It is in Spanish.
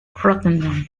rotterdam